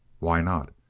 why not?